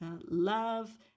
love